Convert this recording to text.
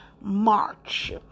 March